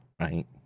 right